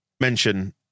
mention